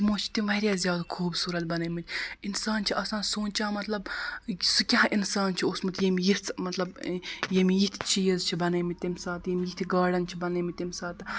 تِمو چھِ تِم واریاہ زیادٕ خوٗبصوٗرت بَنٲیمٕتۍ اِنسان چھِ آسان سونٛچان مطلب سُہ کیاہ اِنسان چھُ اوسمُت ییٚمۍ یِژھ مطلب ییٚمۍ یِتھۍ چیٖز چھِ بنٲومٕتۍ تمہِ ساتہٕ ییٚمۍ یِتھۍ گاڈن چھِ بَنٲومٕتۍ تَمہِ ساتہٕ